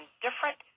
different